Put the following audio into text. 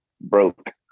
broke